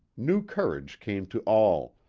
new courage came to all,